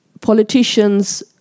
politicians